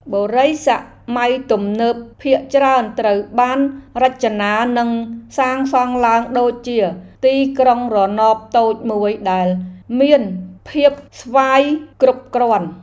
បុរីសម័យទំនើបភាគច្រើនត្រូវបានរចនានិងសាងសង់ឡើងដូចជាទីក្រុងរណបតូចមួយដែលមានភាពស្វ័យគ្រប់គ្រាន់។